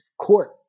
court